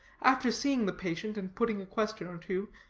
after seeing the patient and putting a question or two,